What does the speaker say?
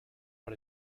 par